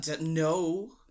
no